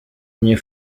mnie